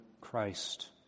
Christ